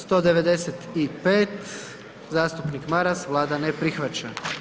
195. zastupnik Maras, Vlada ne prihvaća.